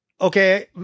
okay